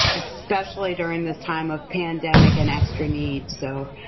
especially during this time of pandemic and extra needs. so,